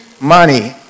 money